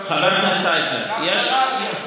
שיעשו,